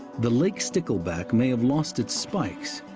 the lake stickleback may have lost its spikes,